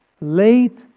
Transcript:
late